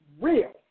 real